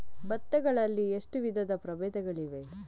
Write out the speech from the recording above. ಭತ್ತ ಗಳಲ್ಲಿ ಎಷ್ಟು ವಿಧದ ಪ್ರಬೇಧಗಳಿವೆ?